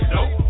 Nope